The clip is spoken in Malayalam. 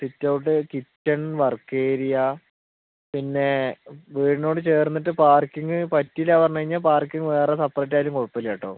സിറ്റ്ഔട്ട് കിച്ചൺ വർക്ക് ഏരിയ പിന്നേ വീടിനോടു ചേർന്നിട്ട് പാർക്കിംഗ് പറ്റൂല്ലാന്നു പറഞ്ഞു കഴിഞ്ഞാൽ പാർക്കിംഗ് വേറെ സെപ്പറേറ്റ് ആയാലും കുഴപ്പല്ല്യാട്ടോ